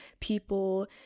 people